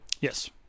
Yes